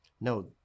no